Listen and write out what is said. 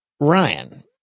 Ryan